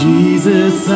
Jesus